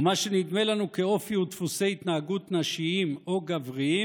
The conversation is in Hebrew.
ומה שנדמה לנו כאופי ודפוסי התנהגות נשיים או גבריים